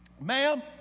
Ma'am